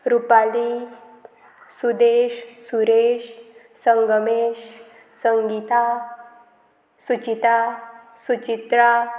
Rupali Sudesh Suresh Sangmesh Sangita Suchita Suchitra